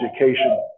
education